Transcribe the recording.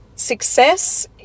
Success